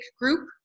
group